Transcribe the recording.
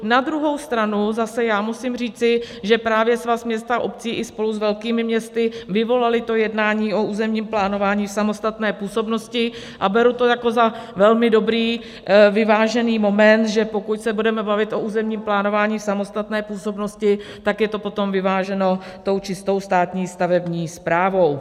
Na druhou stranu zase musím říci, že právě Svaz měst a obcí i spolu s velkými městy vyvolaly to jednání o územním plánování v samostatné působnosti a beru to jako za velmi dobrý, vyvážený moment, že pokud se budeme bavit o územním plánování v samostatné působnosti, tak je to potom vyváženo tou čistou státní stavební správnou.